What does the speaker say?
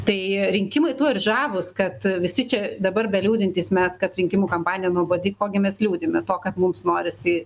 tai rinkimai tuo ir žavūs kad visi čia dabar beliūdintys mes kad rinkimų kampanija nuobodi ko gi mes liūdime to kad mums norisi